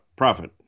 Profit